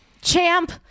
Champ